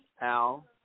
Al